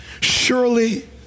Surely